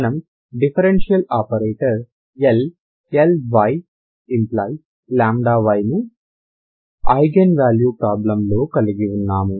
మనం differential operator L Lyλy ను eigen value problem లో కలిగి ఉన్నాము